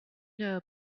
know